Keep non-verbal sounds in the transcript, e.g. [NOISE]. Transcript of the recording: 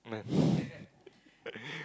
none [LAUGHS]